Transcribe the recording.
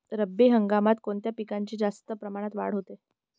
रब्बी हंगामात कोणत्या पिकांची जास्त प्रमाणात वाढ होते?